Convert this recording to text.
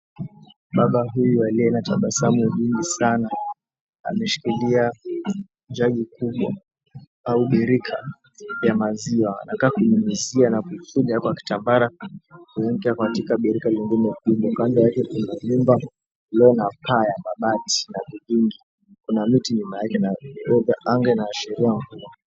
Baba huyu aliye na tabasamu jingi sana ameshikilia jagi kubwa au birika ya maziwa. Anakaa kunyunyuzia na kuifinya kwa kitambara kuieka katika birika lingine kubwa. Kando yake kuna vyumba vilivyo na paa ya mabati na mitungi. Kuna miti nyuma yake na anga inaashiria mvua.